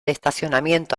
estacionamiento